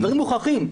דברים מוכחים.